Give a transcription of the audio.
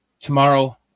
tomorrow